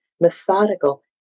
methodical